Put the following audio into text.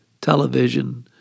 television